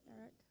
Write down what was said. Eric